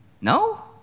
No